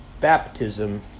baptism